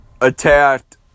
attacked